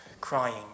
crying